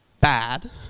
bad